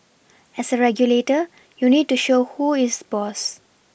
as a regulator you need to show who is boss